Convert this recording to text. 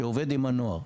שעובד עם הנוער.